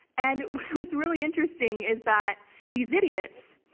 and what's really interesting is that these idiots,